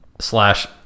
slash